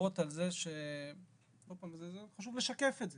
ועוד פעם חשוב לשקף את זה,